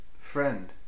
friend